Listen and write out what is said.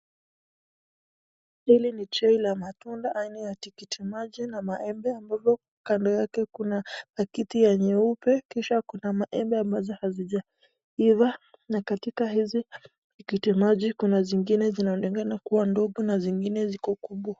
HIli ni tray la matunda aina ya tikiti maji na maembe ambavyo Kuna kakiti ya nyeupe, kisha Kuna maembe ambazo hazijaiva, na katika Hizi tikiti maji kuna zingine linaonekana kuwa ndogo na zingine ziko kubwa.